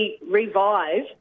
revive